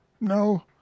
No